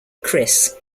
chris